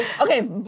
Okay